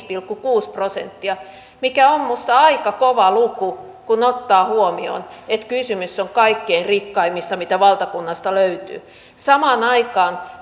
pilkku kuusi prosenttia mikä on minusta aika kova luku kun ottaa huomioon että kysymys on kaikkein rikkaimmista mitä valtakunnasta löytyy samaan aikaan